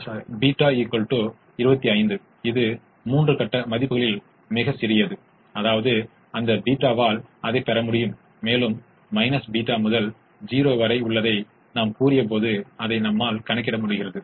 முதன்மையானது அதிகபட்ச சிக்கலாக இருப்பதால் உகந்த தீர்வுகள் புறநிலை செயல்பாட்டு மதிப்பு ஒவ்வொரு சாத்தியமான தீர்வுகள் புறநிலை செயல்பாட்டு மதிப்பை விட அதிகமாகவோ அல்லது சமமாகவோ இருக்கும்